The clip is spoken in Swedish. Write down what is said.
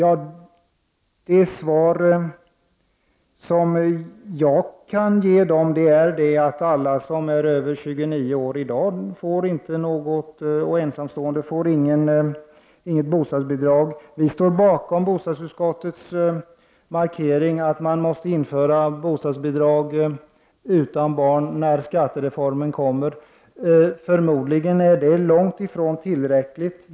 Det svar som jag kan ge är att alla som är över 29 år och ensamstående i dag inte får något bostadsbidrag. Centerpartiet står bakom bostadsutskottets uttalande att man måste införa bostadsbidrag för hushåll utan barn när skattereformen kommer. Förmodligen är detta långt ifrån tillräckligt.